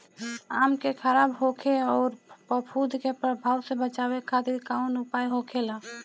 आम के खराब होखे अउर फफूद के प्रभाव से बचावे खातिर कउन उपाय होखेला?